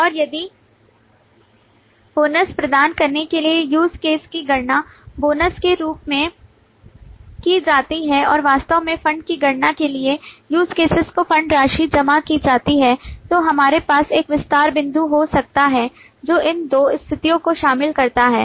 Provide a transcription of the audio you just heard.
और यदि बोनस प्रदान करने के लिए use case की गणना बोनस के रूप में की जाती है और वास्तव में फंड की गणना के लिए use cases को फंड राशि जमा की जाती है तो हमारे पास एक विस्तार बिंदु हो सकता है जो इन दो स्थितियों को शामिल करता है